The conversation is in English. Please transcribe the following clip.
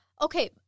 okay